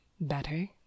Better